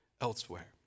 elsewhere